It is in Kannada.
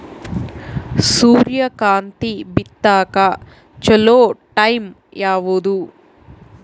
ಸೂರ್ಯಕಾಂತಿ ಬಿತ್ತಕ ಚೋಲೊ ಟೈಂ ಯಾವುದು?